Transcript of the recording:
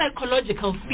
psychological